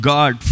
God